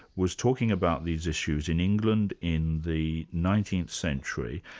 was talking about these issues in england in the nineteenth century,